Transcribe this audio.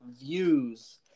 views